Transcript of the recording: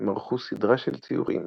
הם ערכו סדרה של ציורים,